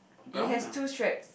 it has two straps